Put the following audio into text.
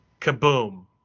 kaboom